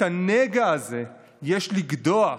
את הנגע הזה יש לגדוע,